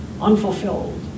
unfulfilled